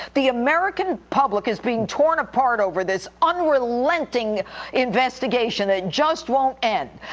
the american public is being torn apart over this unrelenting investigation that just won't end.